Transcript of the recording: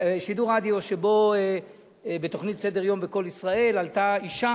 בשידור רדיו בתוכנית "סדר יום" ב"קול ישראל" עלתה אשה